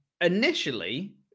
initially